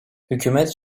hükümet